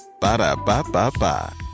Ba-da-ba-ba-ba